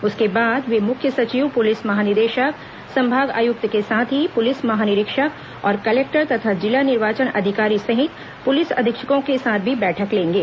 उसके बाद वे मुख्य सचिव पुलिस महानिदेशक संभाग आयुक्त के साथ ही पुलिस महानिरीक्षक और कलेक्टर तथा जिला निर्वोचन अधिकार्री सहित पुलिस अधीक्षकों के साथ भी बैठक लेंगे